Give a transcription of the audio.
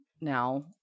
now